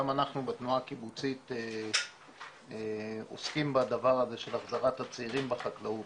גם אנחנו בתנועה הקיבוצית עוסקים בדבר הזה של החזרת הצעירים לחקלאות.